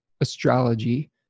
astrology